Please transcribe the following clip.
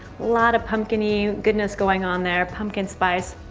lot of pumpkin-y goodness going on there, pumpkin spice.